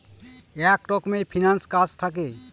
এক রকমের ফিন্যান্স কাজ থাকে